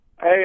Hey